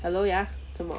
hello ya 什么